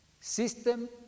system